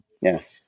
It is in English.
Yes